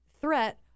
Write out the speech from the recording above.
threat